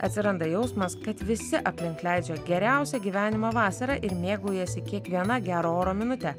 atsiranda jausmas kad visi aplink leidžia geriausią gyvenimo vasarą ir mėgaujasi kiekviena gero oro minute